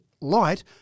light